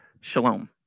shalom